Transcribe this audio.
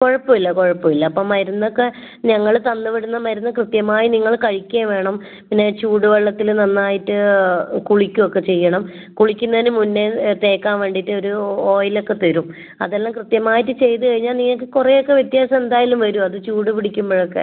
കുഴപ്പമില്ല കുഴപ്പമില്ല അപ്പോൾ മരുന്നൊക്കെ ഞങ്ങൾ തന്നു വിടുന്ന മരുന്ന് കൃത്യമായി നിങ്ങൾ കഴിക്കുകയും വേണം പിന്നെ ചൂട് വെള്ളത്തിൽ നന്നായിട്ട് കുളിക്കുകയൊക്കെ ചെയ്യണം കുളിക്കുന്നതിന് മുന്നേ തേക്കാൻ വേണ്ടിയിട്ട് ഒരു ഓയിലൊക്കെ തരും അതെല്ലാം കൃത്യമായിട്ട് ചെയ്തു കഴിഞ്ഞാൽ നിങ്ങൾക്ക് കുറെ ഒക്കെ വ്യത്യാസം എന്തായാലും വരും അത് ചൂട് പിടിക്കുമ്പോഴൊക്കെ